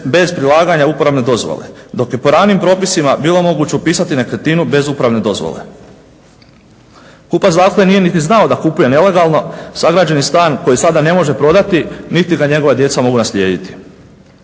bez prilaganja uporabne dozvole. Dok je po ranijim propisima bilo moguće upisati nekretninu bez uporabne dozvole. Kupac dakle nije niti znao da kupuje nelegalno sagrađeni stan, koji sada ne može prodati, niti ga njegova djeca mogu naslijediti.